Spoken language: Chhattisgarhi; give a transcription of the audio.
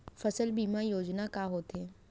फसल बीमा योजना का होथे?